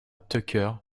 tucker